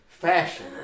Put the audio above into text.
fashion